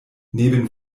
neben